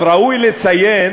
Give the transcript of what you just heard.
ראוי לציין